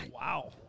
Wow